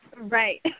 Right